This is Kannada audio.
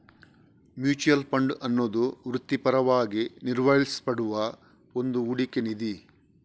ಮ್ಯೂಚುಯಲ್ ಫಂಡ್ ಅನ್ನುದು ವೃತ್ತಿಪರವಾಗಿ ನಿರ್ವಹಿಸಲ್ಪಡುವ ಒಂದು ಹೂಡಿಕೆ ನಿಧಿ